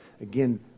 Again